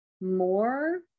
more